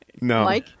No